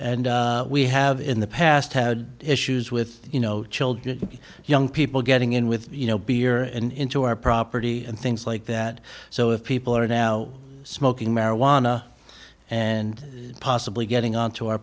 and we have in the past had issues with you know children young people getting in with you know beer and into our property and things like that so if people are now smoking marijuana and possibly getting onto our